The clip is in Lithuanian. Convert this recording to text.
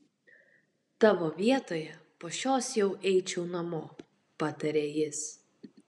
tavo vietoje po šios jau eičiau namo patarė jis